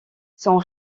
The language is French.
son